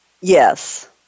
Yes